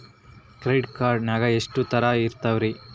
Credit card ನಾಗ ಎಷ್ಟು ತರಹ ಇರ್ತಾವ್ರಿ?